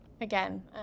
Again